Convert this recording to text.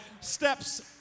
steps